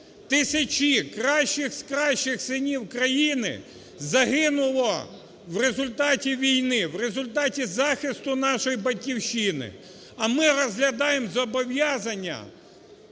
Тисячі кращих з кращих синів країни загинуло в результаті війни, в результаті захисту нашої Батьківщини, а ми розглядаємо зобов'язання